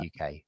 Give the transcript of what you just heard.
uk